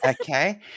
Okay